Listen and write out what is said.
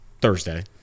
Thursday